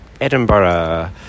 Edinburgh